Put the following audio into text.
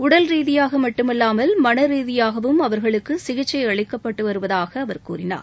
உடல்ரீதியாக மட்டுமல்லாமல் மனரீதியாகவும் அவர்களுக்கு சிகிச்சை அளிக்கப்படுவதாக அவர் கூறினார்